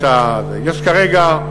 יש כרגע,